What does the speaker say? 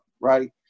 Right